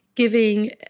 giving